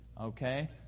Okay